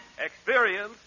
Experience